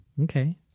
Okay